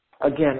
Again